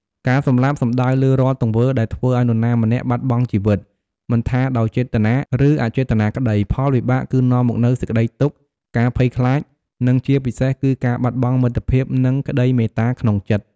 ការសម្លាប់ សំដៅលើរាល់ទង្វើដែលធ្វើឲ្យនរណាម្នាក់បាត់បង់ជីវិត មិនថាដោយចេតនា ឬអចេតនាក្តី ផលវិបាកគឺនាំមកនូវសេចក្តីទុក្ខ ការភ័យខ្លាច និងជាពិសេសគឺការបាត់បង់មិត្តភាព និងក្តីមេត្តាក្នុងចិត្ត។